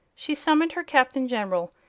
she summoned her captain-general,